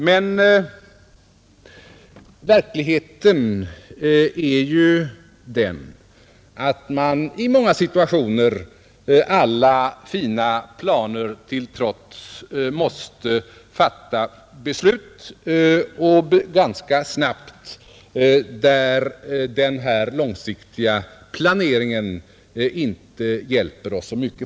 Men verkligheten är ju den att man i många situationer, alla sina planer till trots, måste fatta beslut ganska snabbt, och då hjälper oss den långsiktiga planeringen inte så mycket.